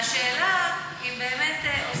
והשאלה אם באמת עושים,